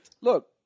Look